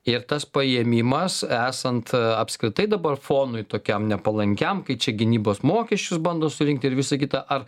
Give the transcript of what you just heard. ir tas paėmimas esant apskritai dabar fonui tokiam nepalankiam kai čia gynybos mokesčius bando surinkti ir visa kita ar